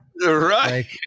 Right